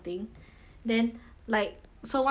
then like so one of my friends die